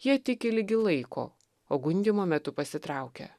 jie tiki ligi laiko o gundymo metu pasitraukia